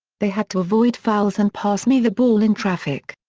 they had to avoid fouls and pass me the ball in traffic.